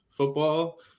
football